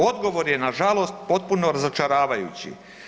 Odgovor je nažalost potpuno razočaravajući.